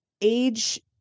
age